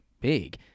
big